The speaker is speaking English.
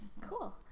cool